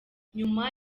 nyuma